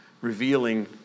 revealing